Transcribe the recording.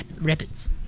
rabbits